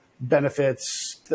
benefits